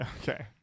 okay